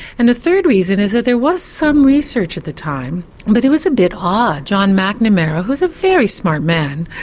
and the third reason is that there was some research at the time but it was a bit odd. john macnamara, who's a very smart man,